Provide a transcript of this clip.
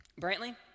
Brantley